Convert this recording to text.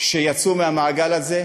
שיצאו מהמעגל הזה.